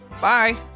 Bye